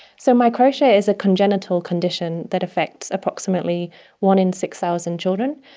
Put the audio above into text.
so microtia is a congenital condition that affects approximately one in six thousand children,